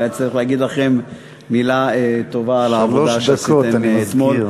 והיה צריך להגיד לכם מילה טובה על העבודה שעשיתם אתמול.